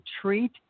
treat